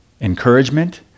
encouragement